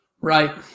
Right